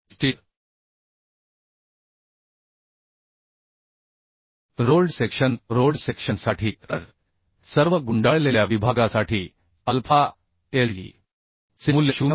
steel rolled section rolled सेक्शनसाठी तर सर्व गुंडाळलेल्या विभागासाठी अल्फा lt चे मूल्य 0